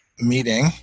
meeting